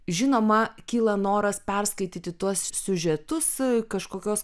žinoma kyla noras perskaityti tuos siužetus kažkokios